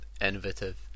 innovative